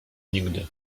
nigdy